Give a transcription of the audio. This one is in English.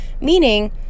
Meaning